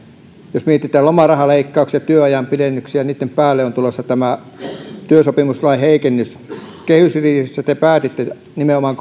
jos mietitään lomarahaleikkauksia ja työajan pidennyksiä niin niitten päälle on tulossa tämä työsopimuslain heikennys kehysriihessä te päätitte kohdistaa nimenomaan